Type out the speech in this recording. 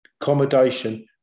Accommodation